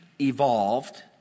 evolved